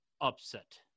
upset